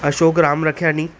Ashok Ramrakhiani